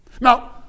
Now